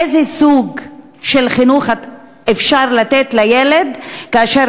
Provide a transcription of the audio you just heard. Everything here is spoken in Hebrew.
איזה סוג של חינוך אפשר לתת לילד כאשר